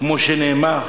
כמו שנאמר,